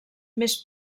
més